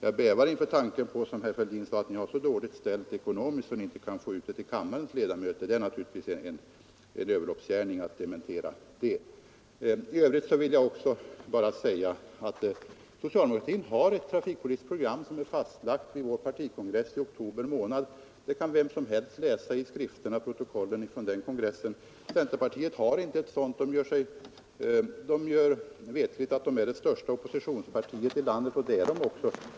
Jag bävar nämligen inför tanken att ni har så dåligt ställt ekonomiskt att ni inte har kunnat få ut programmet till kammarens ledamöter. Det är givetvis en överloppsgärning att dementera det. I övrigt vill jag bara säga att socialdemokratin har ett trafikpolitiskt program som är fastlagt vid vår partikongress i oktober månad. Vem som helst kan ta del av det genom att läsa protokoll och övriga handlingar från den kongressen. Centerpartiet har inte något sådant program, trots att man gör veterligt att centern är det största oppositionspartiet i landet — vilket är alldeles riktigt.